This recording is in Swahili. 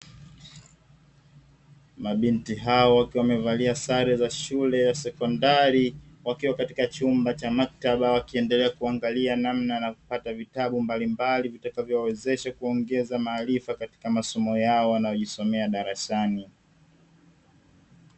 Mabinti hao wakiwa wamevalia sare za shule ya sekondari, wakiwa katika chumba cha maktaba, wakiendelea kuangalia namna na kupata vitabu mbalimbali, vitakavyowawezesha kuongeza maarifa katika masomo yao, wanayojisomea darasani.